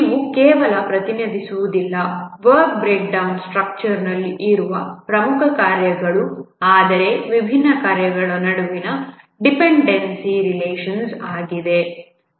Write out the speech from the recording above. ಇವು ಕೇವಲ ಪ್ರತಿನಿಧಿಸುವುದಿಲ್ಲ ವರ್ಕ್ ಬ್ರೇಕ್ಡೌನ್ ಸ್ಟ್ರಕ್ಚರ್ನಲ್ಲಿ ಇರುವ ಪ್ರಮುಖ ಕಾರ್ಯಗಳು ಆದರೆ ವಿಭಿನ್ನ ಕಾರ್ಯಗಳ ನಡುವಿನ ಡಿಪೆಂಡೆನ್ಸಿ ರಿಲೇಷನ್ಸ್ ಆಗಿದೆ